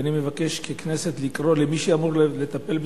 ואני מבקש מהכנסת לקרוא למי שאמור לטפל בזה,